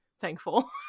thankful